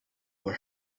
were